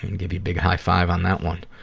and give you a big high five on that one.